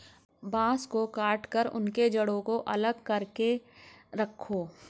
बांस को काटकर उनके जड़ों को अलग करके रखो